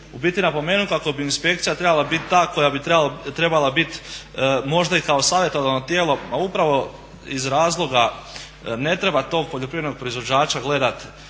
u biti napomenuti kako bi inspekcija trebala biti ta koja bi trebala biti možda i kao savjetodavno tijelo a upravo iz razloga ne treba tog poljoprivrednog proizvođača gledat